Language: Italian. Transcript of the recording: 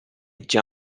già